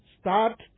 start